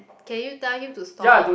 can you tell him to stop